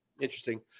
Interesting